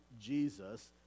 Jesus